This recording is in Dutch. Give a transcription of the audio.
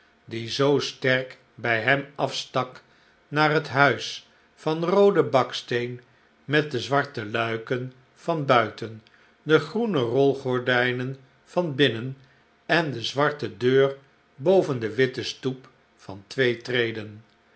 die zoo sterk bij hem afstak naar het huis van rooden baksteen met de zwarte luiken van buiten de groene rolgordijnen van binnen en de zwarte deur boven de witte stoep van twee treden